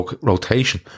rotation